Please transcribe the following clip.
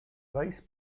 vice